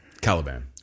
Caliban